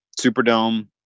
Superdome